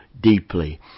deeply